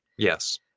Yes